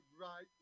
right